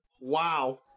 Wow